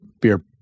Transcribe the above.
beer